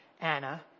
Anna